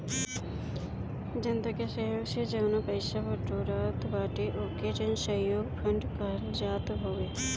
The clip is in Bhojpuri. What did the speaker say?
जनता के सहयोग से जवन पईसा बिटोरात बाटे ओके जनसहयोग फंड कहल जात हवे